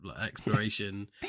exploration